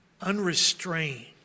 unrestrained